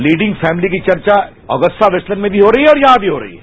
leading family की चर्चा Agusta Westland में भी हो रही है और यहां भी हो रही है